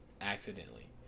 accidentally